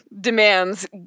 demands